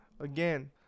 Again